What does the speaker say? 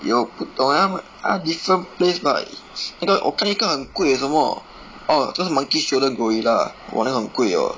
有不同 eh 它它 different place but 那个我看一个很贵 eh 什么 orh 这个是 monkey shoulder guerilla !wah! 那个很贵